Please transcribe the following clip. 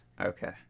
Okay